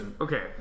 okay